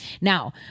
Now